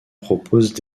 proposent